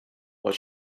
but